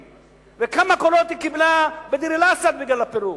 כמה קולות היא קיבלה בדיר-אל-אסד בגלל הפירוק?